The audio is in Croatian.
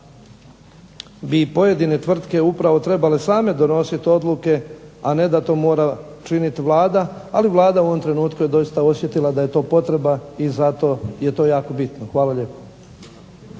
bi pojedine tvrtke upravo trebale same donositi odluke a ne da to mora činiti Vlada. Ali Vlada u ovom trenutku je doista osjetila da je to potreba i zato je to jako bitno. Hvala lijepo.